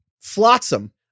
Flotsam